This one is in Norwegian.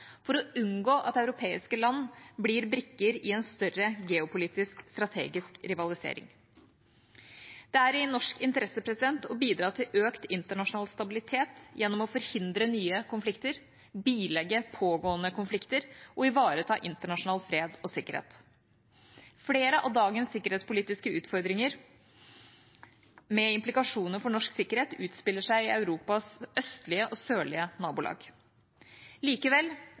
for å unngå at europeiske land blir brikker i en større geopolitisk strategisk rivalisering. Det er i norsk interesse å bidra til økt internasjonal stabilitet gjennom å forhindre nye konflikter, bilegge pågående konflikter og ivareta internasjonal fred og sikkerhet. Flere av dagens sikkerhetspolitiske utfordringer med implikasjoner for norsk sikkerhet utspiller seg i Europas østlige og sørlige nabolag. Likevel: